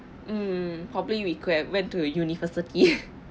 mm probably we could have went to a university